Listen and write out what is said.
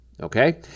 okay